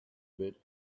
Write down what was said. bit